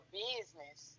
business